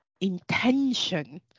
intention